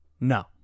No